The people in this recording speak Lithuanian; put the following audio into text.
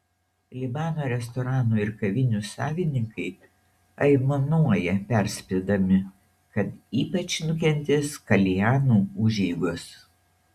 libano restoranų ir kavinių savininkai aimanuoja perspėdami kad ypač nukentės kaljanų užeigos